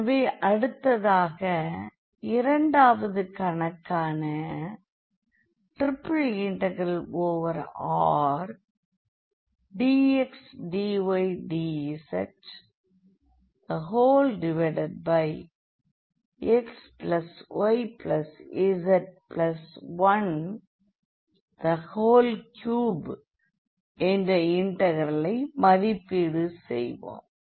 எனவே அடுத்ததாக இரண்டாவது கணக்கான ∭Rdxdydzxyz13 என்ற இன்டெகிரலை மதிப்பீடு செய்வோம்